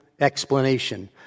explanation